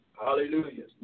Hallelujah